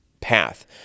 path